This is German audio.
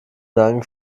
dank